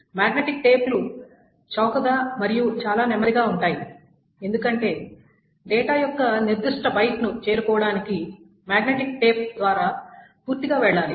magnetic tape లు చౌకగా మరియు చాలా నెమ్మదిగా ఉంటాయి ఎందుకంటే డేటా యొక్క నిర్దిష్ట బైట్ను చేరుకోవడానికి మాగ్నెటిక్ టేప్ ద్వారా పూర్తిగా వెళ్ళాలి